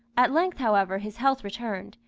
at length, however, his health returned,